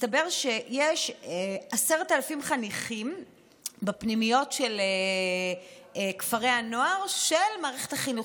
מסתבר שיש 10,000 חניכים בפנימיות של כפרי הנוער של מערכת החינוך.